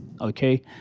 Okay